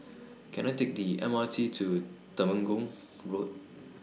Can I Take The M R T to Temenggong Road